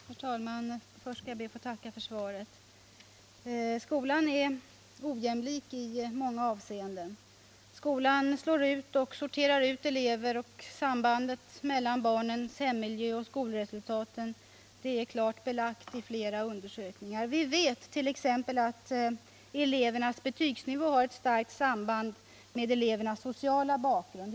Herr talman! Först ber jag att få tacka för svaret. Skolan är ojämlik i många avseenden. Skolan slår ut och sorterar ut elever, och sambandet mellan barnens hemmiljö och skolresultaten är klart belagt i flera undersökningar. Vi vet t.ex. att elevernas betygsnivå har ett starkt samband med deras sociala bakgrund.